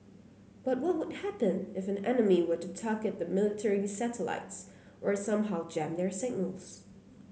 but what would happen if an enemy were to target the military's satellites or somehow jam their signals